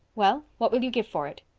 well, what will you give for it?